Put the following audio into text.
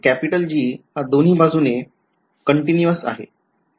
G हा दोन्ही बाजूने अविरत आहे